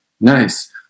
Nice